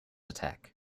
attack